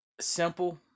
simple